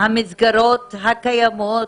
המסגרות הקיימות,